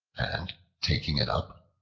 and taking it up,